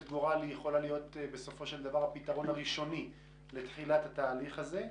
גורל יכולה להיות בסופו של דבר הפתרון הראשוני לתחילת התהליך הזה.